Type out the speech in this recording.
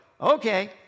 okay